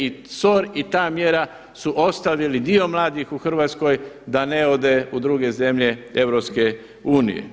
I SOR i ta mjera su ostavili dio mladih u Hrvatskoj da ne ode u druge zemlje EU.